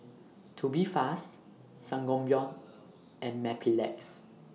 Tubifast Sangobion and Mepilex